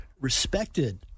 respected